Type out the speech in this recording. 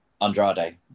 Andrade